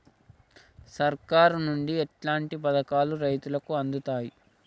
సర్కారు నుండి ఎట్లాంటి పథకాలు రైతులకి అందుతయ్?